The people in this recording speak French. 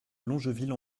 longeville